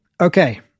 Okay